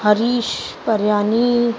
Harish Paryani